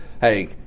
hey